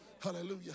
Hallelujah